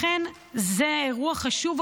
הקבורה היא אירוע חשוב,